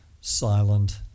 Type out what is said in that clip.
silent